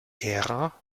ära